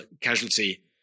casualty